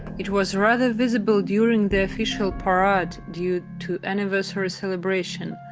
it was rather visible during the official parade to due to anniversary celebration,